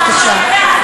בבקשה.